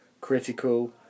critical